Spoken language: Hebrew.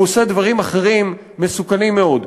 הוא עושה דברים אחרים מסוכנים מאוד.